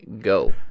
go